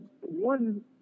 one